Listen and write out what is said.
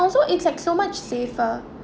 also it's like so much safer